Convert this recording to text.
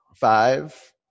Five